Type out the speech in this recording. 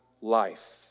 life